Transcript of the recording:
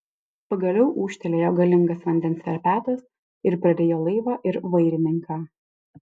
pagaliau ūžtelėjo galingas vandens verpetas ir prarijo laivą ir vairininką